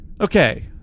okay